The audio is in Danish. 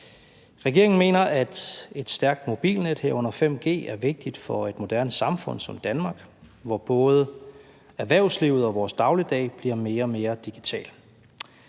Regeringen mener, at et stærkt mobilnet, herunder 5G, er vigtigt for et moderne samfund som Danmark, hvor både erhvervslivet og vores dagligdag bliver mere og mere digital.